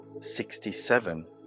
Sixty-seven